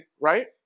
Right